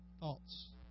Thoughts